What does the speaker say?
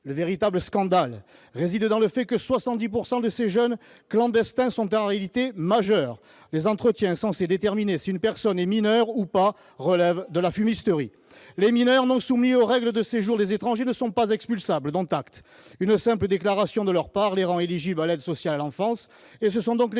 Le véritable scandale réside dans le fait que 70 % de ces jeunes clandestins sont en réalité majeurs. Prouvez-le ! Les entretiens censés déterminer si une personne est mineure relèvent de la fumisterie. Or les mineurs, non soumis aux règles de séjour des étrangers, ne sont pas expulsables. Dont acte. Une simple déclaration de leur part les rend éligibles à l'aide sociale à l'enfance